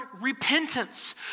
repentance